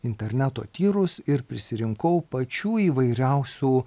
interneto tyrus ir prisirinkau pačių įvairiausių